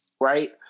right